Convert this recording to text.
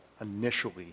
initially